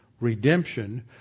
redemption